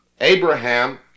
Abraham